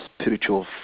spiritual